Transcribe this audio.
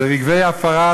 ורגבי עפרה,